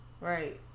Right